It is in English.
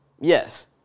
Yes